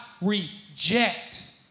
reject